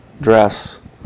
dress